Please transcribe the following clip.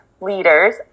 leaders